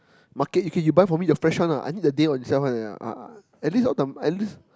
market okay you buy for me the fresh one lah I need the day on itself one eh at least all the at least